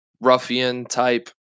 ruffian-type